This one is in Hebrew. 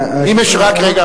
רק רגע,